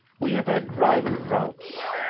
we have had rival routs,